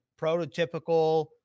prototypical